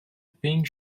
pink